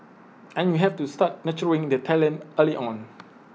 and you have to start nurturing the talent early on